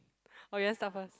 or you want start first